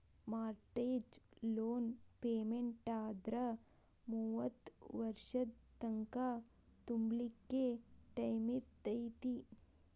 mortgage loan ಪೆಮೆನ್ಟಾದ್ರ ಮೂವತ್ತ್ ವರ್ಷದ್ ತಂಕಾ ತುಂಬ್ಲಿಕ್ಕೆ ಟೈಮಿರ್ತೇತಿ